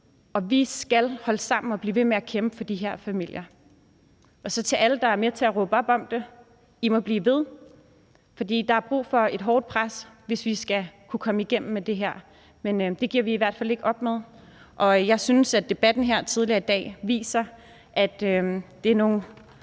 Vi skal holde sammen og blive ved med at kæmpe for de her familier. Og til alle, der er med til at råbe op om det: I må blive ved, for der er brug for et hårdt pres, hvis vi skal kunne komme igennem med det her. Men vi giver i hvert fald ikke op, og jeg synes, debatten her tidligere i dag viser, at det er nogle